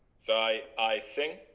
so i i sing.